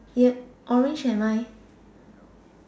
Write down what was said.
ye orange and mine